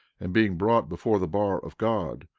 and being brought before the bar of god,